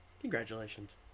Congratulations